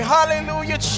Hallelujah